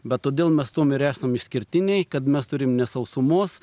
bet todėl mes tuom ir esam išskirtiniai kad mes turim ne sausumos